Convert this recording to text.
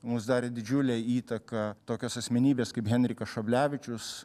mums darė didžiulę įtaką tokios asmenybės kaip henrikas šablevičius